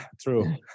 true